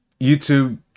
YouTube